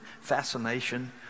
fascination